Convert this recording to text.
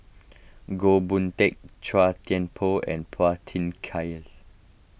Goh Boon Teck Chua Thian Poh and Phua Thin Kiay